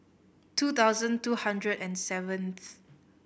two thousand two hundred and seventh